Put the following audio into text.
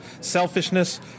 selfishness